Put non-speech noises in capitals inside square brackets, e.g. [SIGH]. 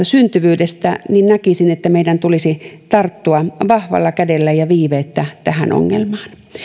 [UNINTELLIGIBLE] syntyvyydestä meidän tulisi tarttua vahvalla kädellä ja viiveettä tähän ongelmaan